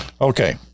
Okay